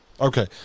Okay